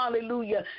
hallelujah